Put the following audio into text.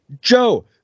Joe